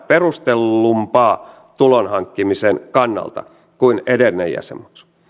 perustellumpaa tulon hankkimisen kannalta kuin edellinen jäsenmaksu